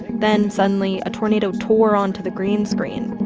then suddenly, a tornado tore onto the green screen.